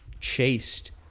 chased